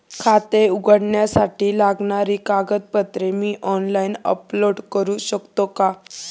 खाते उघडण्यासाठी लागणारी कागदपत्रे मी ऑनलाइन अपलोड करू शकतो का?